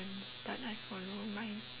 but I follow my